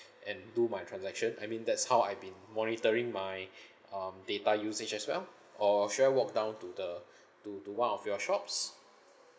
and do my transaction I mean that's how I've been monitoring my um data usage as well or should I walk down to the to to one of your shops